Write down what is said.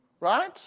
Right